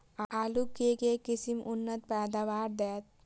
आलु केँ के किसिम उन्नत पैदावार देत?